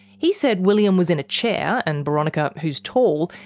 he said william was in a chair, and boronika, who's tall,